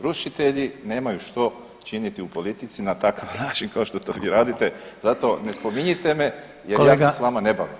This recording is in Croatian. Rušitelji nemaju što činiti u politici na takav način kao što to vi radite, zato ne spominjite me jer ja se sa vama ne bavim.